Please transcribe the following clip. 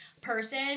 person